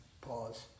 Pause